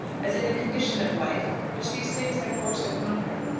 as in the condition of life which these things had forced upon her.